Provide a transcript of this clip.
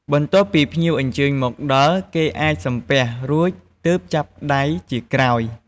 បន្ទាប់ពីភ្ញៀវអញ្ចើញមកដល់គេអាចសំពះរួចទើបចាប់ដៃជាក្រោយ។